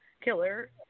killer